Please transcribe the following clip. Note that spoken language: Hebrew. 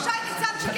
ושי ניצן שיקר,